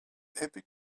every